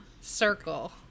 circle